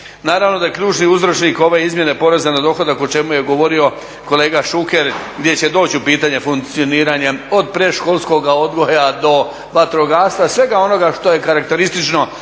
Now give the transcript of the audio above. Naravno da je ključni uzročnik ove izmjene poreza na dohodak o čemu je govorio kolega Šuker gdje će doći u pitanje funkcioniranje od predškolskoga odgoja do vatrogastva, svega onoga što je karakteristično